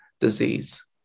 disease